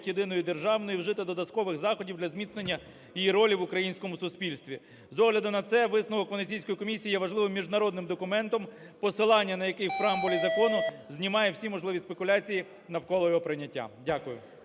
як єдиної державної, вжити додаткових заходів для зміцнення її ролі в українському суспільстві. З огляду на це висновок Венеційської комісії є важливим міжнародним документом, посилання на який в преамбулі закону знімає всі можливі спекуляції навколо його прийняття. Дякую.